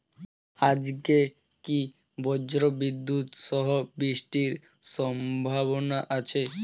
আজকে কি ব্রর্জবিদুৎ সহ বৃষ্টির সম্ভাবনা আছে?